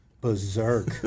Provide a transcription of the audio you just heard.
Berserk